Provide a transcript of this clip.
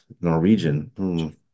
Norwegian